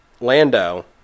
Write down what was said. Lando